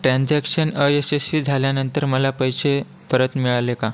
transaction अयशस्वी झाल्यानंतर मला पैसे परत मिळाले का